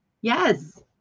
Yes